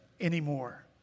anymore